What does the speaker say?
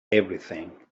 everything